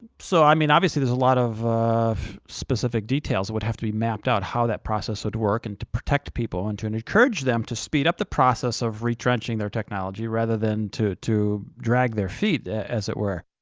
so i mean, obviously, there's a lot of of specific details that would have to be mapped out, how that process would work, and to protect people and to and encourage them to speed up the process of retrenching their technology rather than to to drag their feet, as it were.